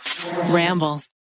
ramble